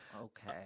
Okay